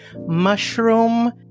mushroom